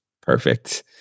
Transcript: Perfect